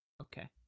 Okay